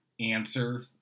answer